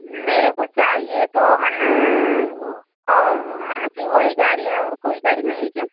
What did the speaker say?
मेरे को चाहिए तो माने और माने कि वही गाड़ी है और कोई गाड़ी नहीं है क्या